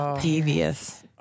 Devious